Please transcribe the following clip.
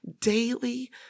daily